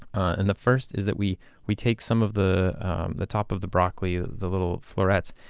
and the first is that we we take some of the the top of the broccoli, the the little florets,